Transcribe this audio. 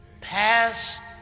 past